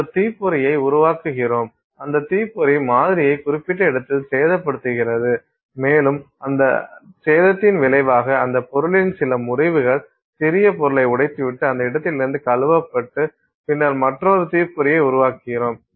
நாம் ஒரு தீப்பொறியை உருவாக்குகிரோம் அந்த தீப்பொறி மாதிரியை குறிப்பிட்ட இடத்தில் சேதப்படுத்துகிறது மேலும் அந்த சேதத்தின் விளைவாக அந்த பொருளின் சில முறிவுகள் சிறிய பொருளை உடைத்துவிட்டு அந்த இடத்திலிருந்து கழுவப்பட்டு பின்னர் மற்றொரு தீப்பொறியை உருவாக்குகிரோம்